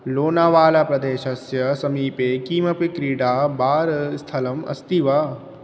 लोनावालप्रदेशस्य समीपे किमपि क्रीडा बार् स्थलम् अस्ति वा